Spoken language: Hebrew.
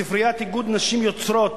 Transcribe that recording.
ספריית איגוד נשים יוצרות